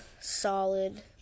solid